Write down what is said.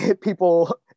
people